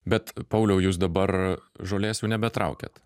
bet pauliau jūs dabar žolės jau nebetraukiat